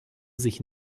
sich